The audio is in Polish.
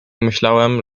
myślałem